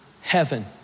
heaven